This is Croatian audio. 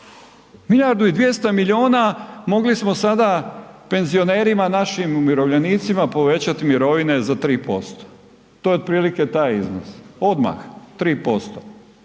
Milijardu i 200 milijuna mogli smo sada penzionerima, našim umirovljenicima povećat mirovine za 3%, to je otprilike taj iznos, odmah 3%